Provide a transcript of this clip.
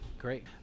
great